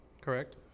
Correct